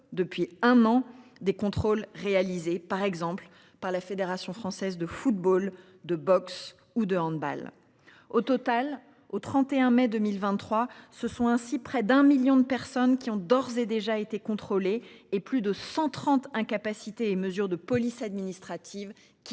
depuis un moment des contrôles réalisés par exemple par la Fédération française de football de boxe ou de Handball au total au 31 mai 2023. Ce sont ainsi près d'un million de personnes qui ont d'ores et déjà été contrôlé et plus de 130 incapacité et mesures de police administrative qui